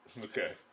Okay